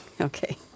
Okay